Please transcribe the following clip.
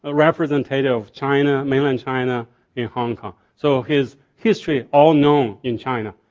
ah representative of china, mainland china in hong kong. so his history all known in china.